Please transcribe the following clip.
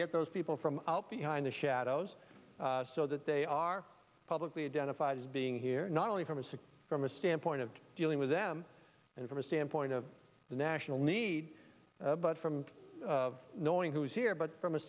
get those people from out behind the shadows so that they are publicly identified as being here not only from a six from a standpoint of dealing with them and from a standpoint of the national need but from knowing who is here but from a